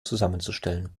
zusammenzustellen